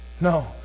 No